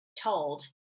told